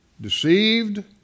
deceived